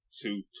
two